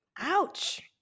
ouch